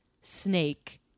snake